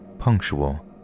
punctual